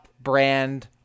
brand